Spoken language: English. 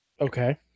Okay